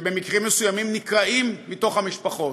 שבמקרים מסוימים נקרעים מתוך המשפחות.